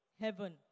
Heaven